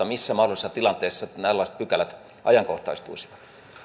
missä mahdollisissa tilanteissa tällaiset pykälät ajankohtaistuisivat